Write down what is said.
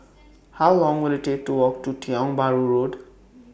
How Long Will IT Take to Walk to Tiong Bahru Road